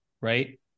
Right